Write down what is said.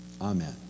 Amen